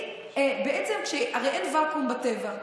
הרי אין וקום בטבע.